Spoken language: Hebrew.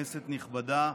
כנסת נכבדה,